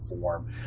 form